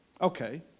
Okay